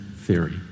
theory